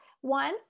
one